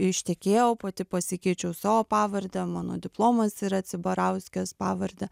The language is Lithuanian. ištekėjau pati pasikeičiau savo pavardę mano diplomas yra cibarauskės pavarde